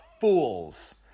fools